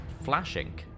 flashing